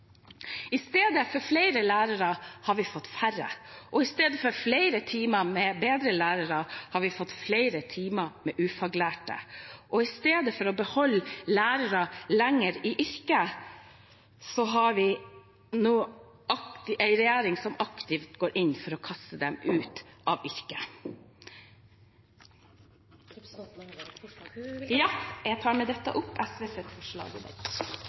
I stedet for flere lærere har vi fått færre, i stedet for flere timer med bedre lærere har vi fått flere timer med ufaglærte, og i stedet for å beholde lærere lenger i yrket har vi en regjering som aktivt går inn for å kaste dem ut av yrket. Jeg tar med dette opp SVs forslag. Representanten Mona Fagerås har tatt opp det